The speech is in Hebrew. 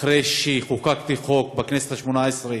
אחרי שחוקקתי בכנסת השמונה-עשרה